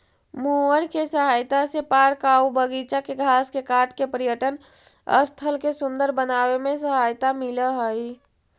mower के सहायता से पार्क आऊ बागिचा के घास के काट के पर्यटन स्थल के सुन्दर बनावे में सहायता मिलऽ हई